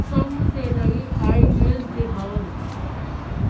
سینگ سے نئی emails دکھاوؑ